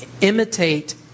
imitate